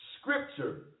scripture